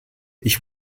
ich